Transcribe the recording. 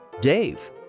Dave